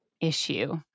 issue